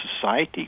society